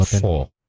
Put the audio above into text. four